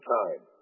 time